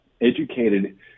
educated